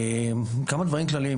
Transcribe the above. כמה דברים כלליים,